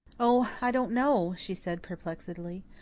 oh, i don't know, she said perplexedly.